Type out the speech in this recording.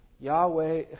Yahweh